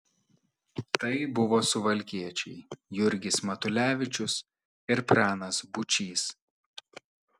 tai buvo suvalkiečiai jurgis matulevičius ir pranas būčys